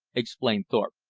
explained thorpe,